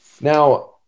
Now